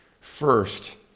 First